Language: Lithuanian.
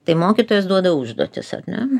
tai mokytojas duoda užduotis ar ne